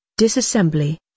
Disassembly